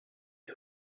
est